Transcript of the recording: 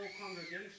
congregation